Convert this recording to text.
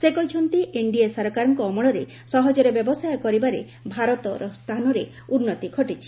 ସେ କହିଛନ୍ତି ଏନ୍ଡିଏ ସରକାରଙ୍କ ଅମଳରେ ସହଜରେ ବ୍ୟବସାୟ କରିବାରେ ଭାରତର ସ୍ଥାନରେ ଉନ୍ନତି ଘଟିଛି